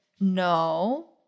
no